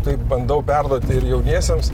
taip bandau perduoti ir jauniesiems